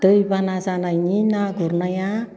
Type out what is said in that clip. दैबाना जानायनि ना गुरनाया